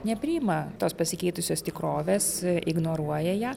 nepriima tos pasikeitusios tikrovės ignoruoja ją